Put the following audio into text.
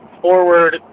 forward